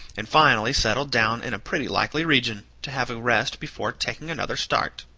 and finally settled down in a pretty likely region, to have a rest before taking another start.